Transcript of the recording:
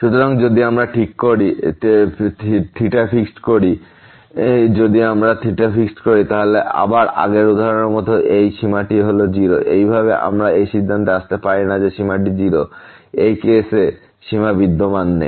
সুতরাং যদি আমরা ঠিক করি যদি আমরা ঠিক করি তাহলে আবার আগের উদাহরণের মত এই সীমাটি হল 0 এইভাবে আমরা এই সিদ্ধান্তে আসতে পারি না যে সীমাটি 0 এই কেস এ সীমা বিদ্যমান নেই